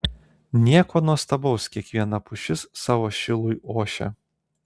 nieko nuostabaus kiekviena pušis savo šilui ošia